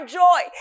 joy